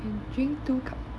can drink two cup